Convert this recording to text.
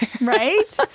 Right